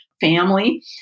family